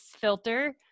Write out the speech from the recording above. filter